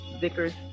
Vickers